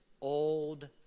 old